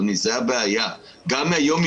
גם היום,